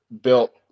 built